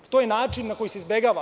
To je način na koji se izbegava.